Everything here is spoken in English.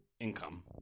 income